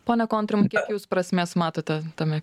pone kontrimai kiek jūs prasmės matote tame